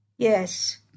Yes